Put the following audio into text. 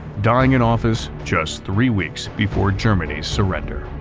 dying in office just three weeks before germany's surrender.